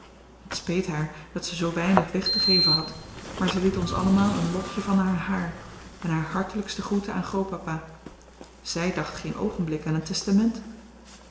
het speet haar dat ze zoo weinig weg te geven had maar ze liet ons allemaal een lokje van haar haar en haar hartelijkste groeten aan grootpapa zij dacht geen oogenblik aan een testament